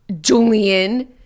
Julian